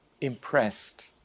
impressed